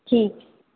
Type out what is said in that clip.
ठीक